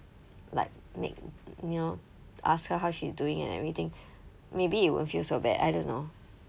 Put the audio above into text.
like make you know ask her how she's doing and everything maybe it won't feel so bad I don't know